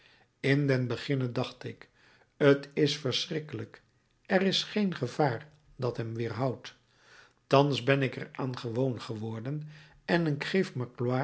in den beginne dacht ik t is verschrikkelijk er is geen gevaar dat hem weerhoudt thans ben ik er aan gewoon geworden en ik geef